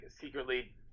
secretly